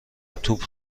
توپ